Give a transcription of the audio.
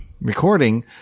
recording